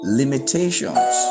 limitations